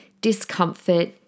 discomfort